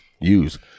use